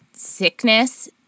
sickness